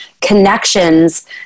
connections